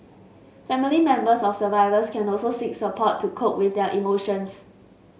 family members of survivors can also seek support to cope with their emotions